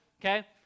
Okay